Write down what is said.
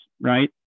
right